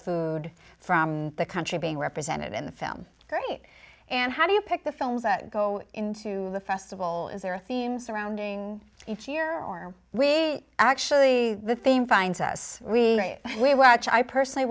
food from the country being represented in the film great and how do you pick the films that go into the festival is there a theme surrounding each year we actually the theme finds us we we watch i personally